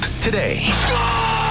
today